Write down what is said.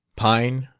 pine,